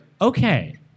Okay